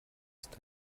ist